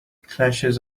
clashes